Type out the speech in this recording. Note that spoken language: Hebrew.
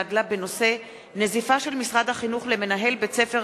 בנושא: נזיפה של משרד החינוך במנהל בית-ספר